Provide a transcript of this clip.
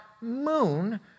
moon